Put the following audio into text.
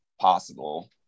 possible